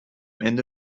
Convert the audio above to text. ende